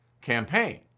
campaign